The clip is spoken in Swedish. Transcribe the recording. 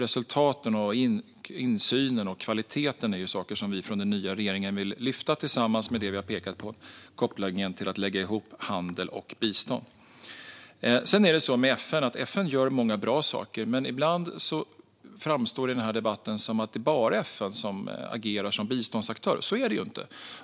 Resultaten, insynen och kvaliteten är saker som vi i den nya regeringen vill lyfta tillsammans med det som vi har pekat på gällande kopplingen mellan handel och bistånd. FN gör många bra saker, men ibland framstår det i debatten som att det bara är FN som agerar som biståndsaktör. Så är det ju inte.